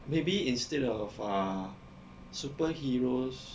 maybe instead of uh superheroes